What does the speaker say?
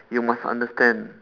you must understand